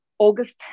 August